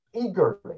eagerly